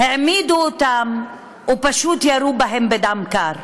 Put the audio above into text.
העמידו אותם, ופשוט ירו בהם בדם קר.